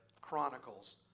chronicles